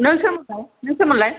नों सोरमोनलाय नों सोरमोनलाय